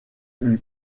lui